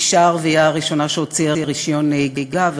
האישה הערבייה הראשונה שהוציאה רישיון נהיגה,